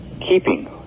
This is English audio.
keeping